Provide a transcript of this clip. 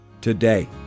today